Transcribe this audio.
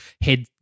head